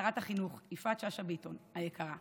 שרת החינוך יפעת שאשא ביטון היקרה,